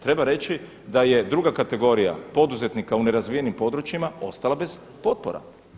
Treba reći da je druga kategorija poduzetnika u nerazvijenim područjima ostala bez potpora.